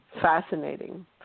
Fascinating